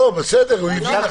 בסדר, הוא הבין.